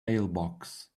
mailbox